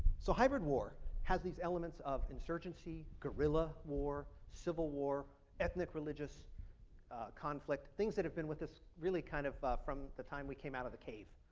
so hybrid war has of these elements of insurgency, guerrilla war, civil war, ethnic religious conflict, things that have been with us really kind of from the time we came out of the cave.